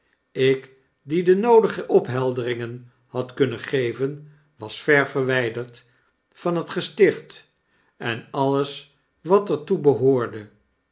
ik die de noodige ophelderingen had kunnen geven was ver verwyderd van het gesticht en alles wat er toe behoorde